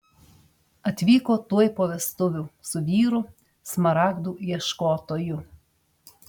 atvyko tuoj po vestuvių su vyru smaragdų ieškotoju